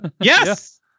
Yes